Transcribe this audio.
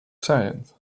science